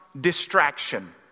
distraction